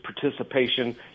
participation